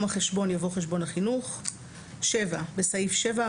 "החשבון" יבוא "חשבון החינוך"; בסעיף 7,